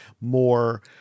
more